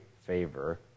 favor